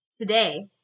today